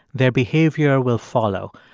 their behavior will follow.